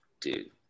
Dude